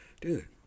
Dude